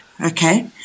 okay